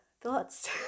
thoughts